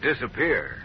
disappear